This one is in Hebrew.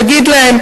תגיד להם,